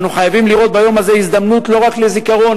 אנו חייבים לראות ביום הזה הזדמנות לא רק לזיכרון,